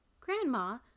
Grandma